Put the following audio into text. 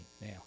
now